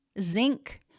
zinc